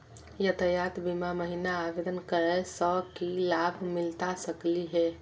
यातायात बीमा महिना आवेदन करै स की लाभ मिलता सकली हे?